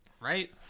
Right